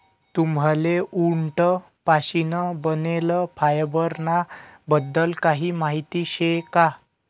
तुम्हले उंट पाशीन बनेल फायबर ना बद्दल काही माहिती शे का?